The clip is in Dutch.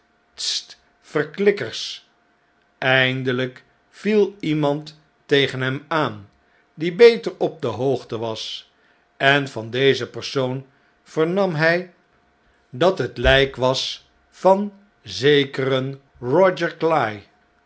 verklikkers eindehjk viel iemand tegen hem aan die beter op de hoogte was en van dezen persoon vernam hij dat het het lijk was van zekeren roger